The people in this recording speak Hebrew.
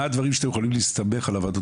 מה הדברים שאתם יכולים להסתמך על הוועדות